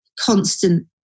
constant